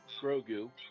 Grogu